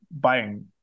buying